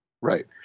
Right